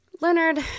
Leonard